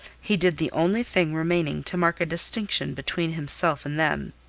he did the only thing remaining to mark a distinction between himself and them.